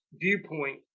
viewpoint